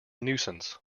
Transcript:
nuisance